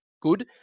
good